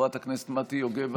חברת הכנסת מטי יוגב,